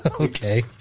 Okay